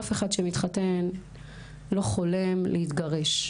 אף אחד שמתחתן לא חולם להתגרש,